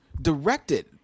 directed